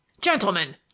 Gentlemen